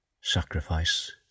sacrifice